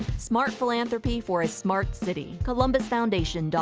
smart philanthropy for a smart city. columbusfoundation